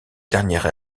dernière